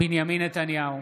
נתניהו,